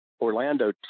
Orlando